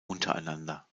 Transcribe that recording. untereinander